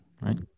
right